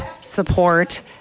support